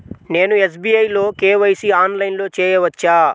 నేను ఎస్.బీ.ఐ లో కే.వై.సి ఆన్లైన్లో చేయవచ్చా?